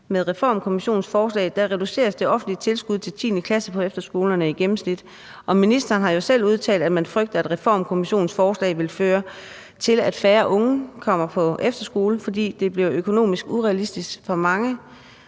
Med Reformkommissionens forslag reduceres det offentlige tilskud til 10. klasse på efterskolerne, og ministeren har jo selv udtalt, at man frygter, at Reformkommissionens forslag vil føre til, at færre unge kommer på efterskole, fordi det bliver økonomisk urealistisk for mange,